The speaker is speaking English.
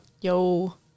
Yo